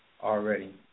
already